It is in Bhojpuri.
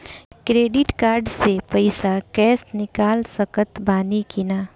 क्रेडिट कार्ड से पईसा कैश निकाल सकत बानी की ना?